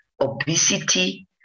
obesity